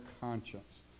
conscience